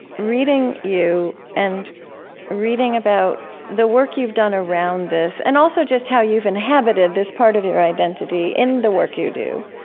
reading you and reading about the work you've done around this and also just how you've inhabited this part of your identity in the work you do,